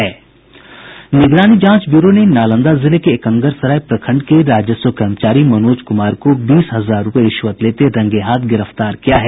निगरानी जांच ब्यूरो ने नालंदा जिले के एकंगरसराय प्रखंड के राजस्व कर्मचारी मनोज कुमार को बीस हजार रूपये रिश्वत लेते हुये रंगेहाथ गिरफ्तार किया है